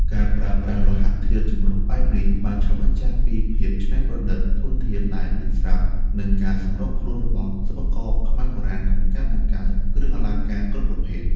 ការប្រើប្រាស់លោហៈធាតុចម្រុះបែបនេះ បានឆ្លុះបញ្ចាំងពីភាពច្នៃប្រឌិត ធនធានដែលមានស្រាប់ និងការសម្របខ្លួនរបស់សិប្បករខ្មែរបុរាណក្នុងការបង្កើតគ្រឿងអលង្ការគ្រប់ប្រភេទ។